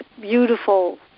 beautiful